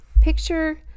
Picture